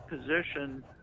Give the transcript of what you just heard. position